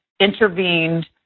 intervened